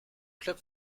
club